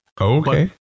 Okay